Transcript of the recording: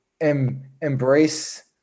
embrace